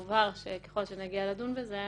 הובהר שככל שנגיע לדון בזה,